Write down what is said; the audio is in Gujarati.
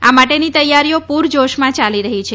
આ માટેની તૈયારીઓ પૂરજોશમાં યાલી રહી છે